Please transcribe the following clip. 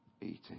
eating